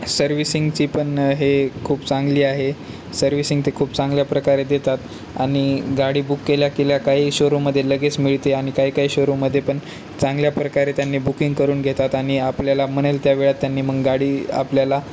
सर्व्हिसिंगची पण हे खूप चांगली आहे सर्व्हिसिंग ते खूप चांगल्या प्रकारे देतात आणि गाडी बुक केल्या केल्या काही शोरूमध्ये लगेच मिळते आणि काही काही शोरूमध्ये पण चांगल्या प्रकारे त्यांनी बुकिंग करून घेतात आणि आपल्याला म्हणेल त्या वेळात त्यांनी मग गाडी आपल्याला